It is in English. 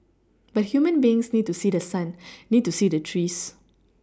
but human beings need to see the sun need to see the trees